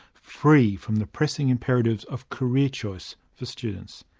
free from the pressing imperatives of career choice for students.